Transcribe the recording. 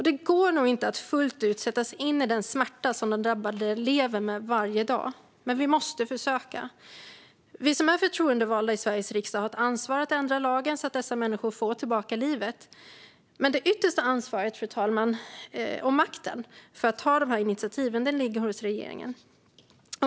Det går nog inte att fullt ut sätta sig in i den smärta som de drabbade lever med varje dag, men vi måste försöka. Vi som är förtroendevalda i Sveriges riksdag har ett ansvar att ändra lagen, så att dessa människor får tillbaka livet. Men det yttersta ansvaret, fru talman - och makten - för att ta de här initiativen ligger hos regeringen.